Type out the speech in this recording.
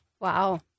Wow